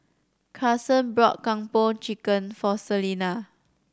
Karson bought Kung Po Chicken for Celina